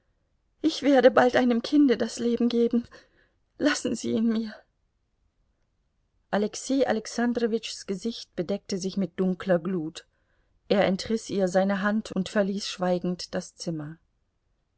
ich werde bald einem kinde das leben geben lassen sie ihn mir alexei alexandrowitschs gesicht bedeckte sich mit dunkler glut er entriß ihr seine hand und verließ schweigend das zimmer